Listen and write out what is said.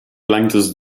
lengtes